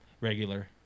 Regular